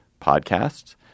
podcasts